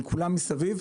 על כולם מסביב,